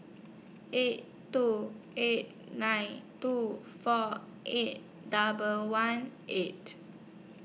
eight two eight nine two four eight double one eight